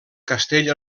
castell